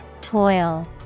Toil